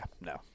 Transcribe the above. no